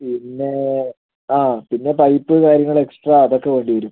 പിന്നേ ആ പിന്നെ പൈപ്പ് കാര്യങ്ങൾ എക്സ്ട്രാ അതൊക്കെ വേണ്ടി വരും